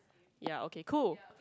ya okay cool